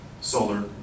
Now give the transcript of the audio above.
solar